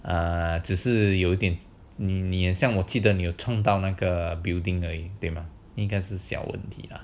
err 只是有点你像我记得你撞到那个 building 而已对吗应该是小问题啦